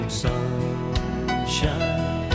sunshine